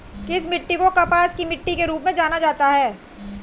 किस मिट्टी को कपास की मिट्टी के रूप में जाना जाता है?